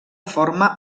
forma